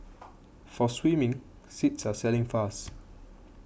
for swimming seats are selling fast